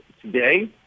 today